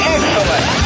Excellent